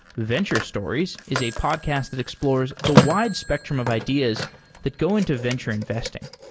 venture stories is a podcast that explores the wide spectrum of ideas that go into venture investing.